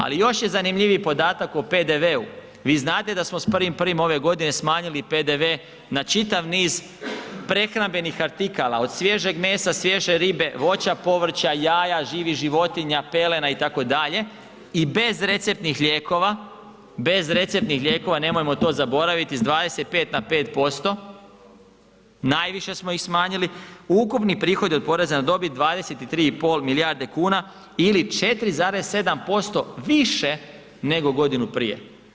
Ali još je zanimljiviji podatak o PDV-u. vi znate sa smo s 1.1. ove godine smanjili PDV na čitav niz prehrambenih artikala od svježeg mesa, svježe ribe, voća, povrća, jaja, živih životinja, pelena itd. i bez receptnih lijekova, bez receptnih lijekova nemojmo to zaboravit s 25 na 5% najviše smo ih smanjili. ukupni prihodi od poreza na dobit 23,5 milijarde kuna ili 4,7% više nego godinu prije.